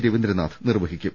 രവീന്ദ്രനാഥ് നിർവഹിക്കും